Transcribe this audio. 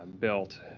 built.